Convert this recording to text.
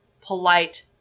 polite